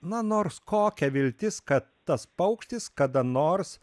na nors kokia viltis kad tas paukštis kada nors